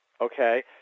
okay